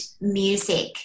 music